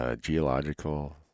Geological